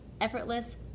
effortless